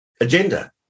agenda